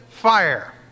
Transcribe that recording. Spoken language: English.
fire